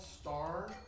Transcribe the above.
star